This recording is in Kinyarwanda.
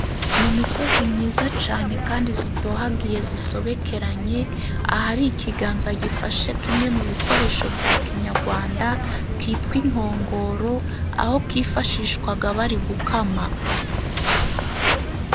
Mu misozi myiza cane kandi zitohagiye zisobekeranye ahari ikiganza gifashe kimwe mu bikoresho bya kinyagwanda kitwa inkongoro, aho kifashishwaga bari gukama.